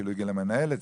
אפילו הגיעה להיות מנהלת,